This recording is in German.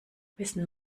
wessen